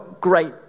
great